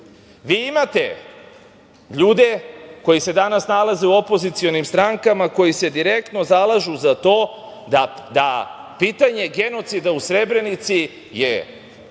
imate ljude koji se danas nalaze u opozicionim strankama koji se direktno zalažu za to da pitanje genocida u Srebrenici je